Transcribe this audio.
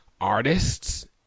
artists